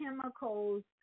chemicals